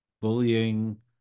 bullying